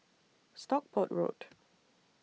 Stockport Road